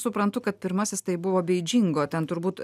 suprantu kad pirmasis tai buvo bei džingo ten turbūt